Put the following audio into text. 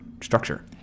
structure